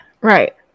right